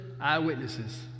eyewitnesses